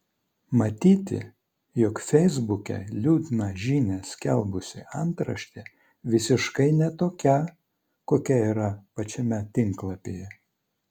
matyti jog feisbuke liūdną žinią skelbusi antraštė visiškai ne tokia kokia yra pačiame tinklapyje